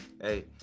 hey